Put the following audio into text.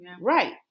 right